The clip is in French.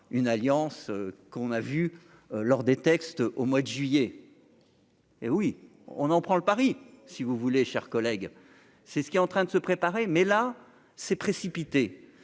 une alliance qu'on a vu lors des textes au mois de juillet, hé oui, on en prend le pari, si vous voulez, chers collègues, c'est ce qui est en train de se préparer, mais là c'est précipité